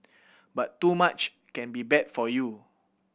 but too much can be bad for you